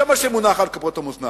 זה מה שמונח על כפות המאזניים.